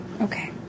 Okay